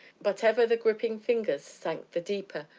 but ever the gripping fingers sank the deeper,